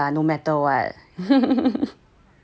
no matter what